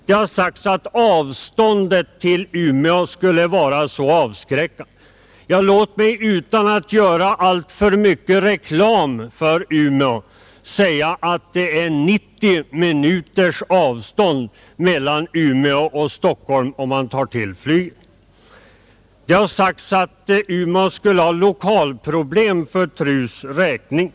Det har sagts att avståndet till Umeå skulle vara så avskräckande, Låt mig, utan att göra alltför mycket reklam för Umeå, säga att det är 90 minuters avstånd mellan Umeå och Stockholm, om man tar flyget. Det har också sagts att Umeå skulle ha lokalproblem för TRU:s räkning.